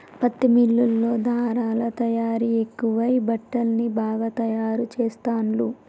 పత్తి మిల్లుల్లో ధారలా తయారీ ఎక్కువై బట్టల్ని బాగా తాయారు చెస్తాండ్లు